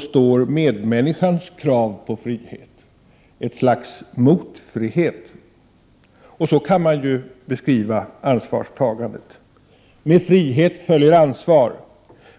står medmänniskans krav på frihet — ett slags motfrihet. Så kan man beskriva ansvarstagandet. Med frihet följer ansvar.